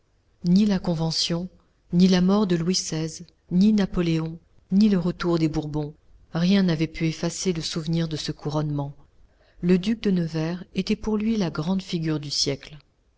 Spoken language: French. ni la convention ni la mort de louis xvi ni napoléon ni le retour des bourbons rien n'avait pu effacer le souvenir de ce couronnement le duc de nevers était pour lui la grande figure du siècle